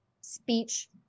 speech